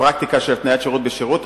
פרקטיקה של התניית שירות בשירות,